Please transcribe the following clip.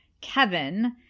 Kevin